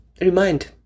remind